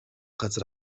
газар